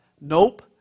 nope